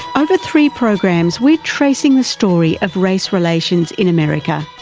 over three programs we're tracing the story of race relations in america.